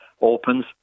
opens